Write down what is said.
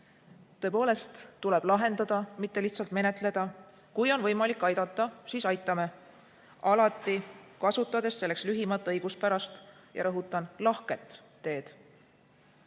Tõepoolest tuleb lahendada, mitte lihtsalt menetleda. Kui on võimalik aidata, siis aitame alati, kasutades selleks lühimat õiguspärast ja, rõhutan, lahket teed.